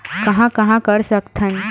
कहां कहां कर सकथन?